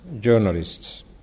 journalists